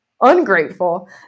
ungrateful